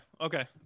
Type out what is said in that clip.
Okay